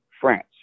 France